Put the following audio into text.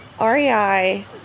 REI